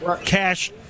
cash